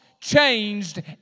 changed